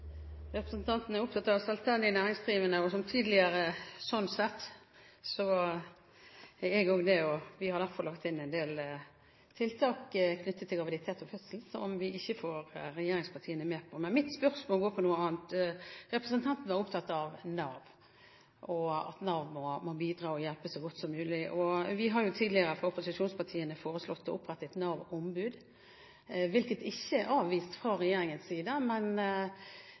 Representanten er opptatt av selvstendig næringsdrivende. Det er jeg også, og vi har derfor lagt inn en del tiltak knyttet til graviditet og fødsel som vi ikke får regjeringspartiene med på. Men mitt spørsmål går på noe annet: Representanten er opptatt av Nav, og at Nav nå må bidra og hjelpe så fort som mulig. Opposisjonspartiene har jo tidligere foreslått å opprette et Nav-ombud, hvilket ikke er avvist fra regjeringens side, men